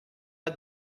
pas